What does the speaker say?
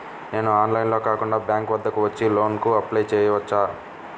నేను ఆన్లైన్లో కాకుండా బ్యాంక్ వద్దకు వచ్చి లోన్ కు అప్లై చేసుకోవచ్చా?